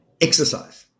exercise